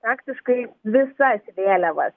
praktiškai visas vėliavas